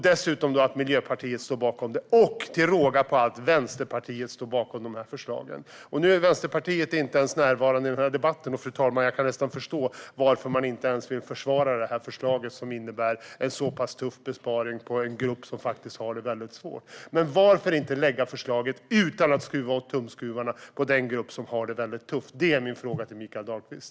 Dessutom står Miljöpartiet, och till råga på allt Vänsterpartiet, bakom förslagen. Nu är Vänsterpartiet inte ens närvarande i debatten. Fru talman! Jag kan nästan förstå varför man inte ens vill försvara det förslag som innebär en så pass tuff besparing på en grupp som faktiskt har det svårt. Varför inte lägga fram förslaget utan att skruva åt tumskruvarna på den grupp som har det tufft? Det är min fråga till Mikael Dahlqvist.